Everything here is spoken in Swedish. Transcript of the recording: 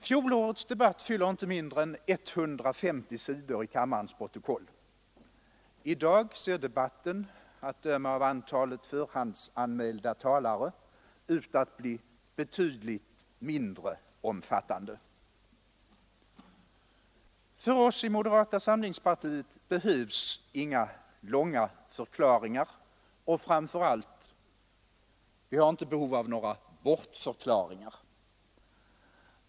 Fjolårets debatt fyller inte mindre än 150 sidor i kammarens protokoll, I dag ser debatten, att döma av antalet förhandsanmälda talare, ut att bli av betydligt mindre omfattning. För oss i moderata samlingspartiet behövs inga långa förklaringar, och framför allt har vi inte behov av några bortförklaringar.